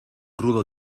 rudo